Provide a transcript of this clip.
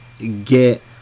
get